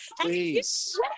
Please